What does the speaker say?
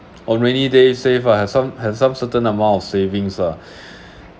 on rainy days save ah have some some certain amount of savings lah